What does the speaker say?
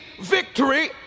victory